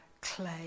clay